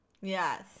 yes